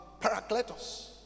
parakletos